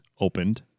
opened